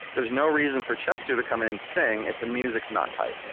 there's no reason for chester to come in and sing if the music's not tight.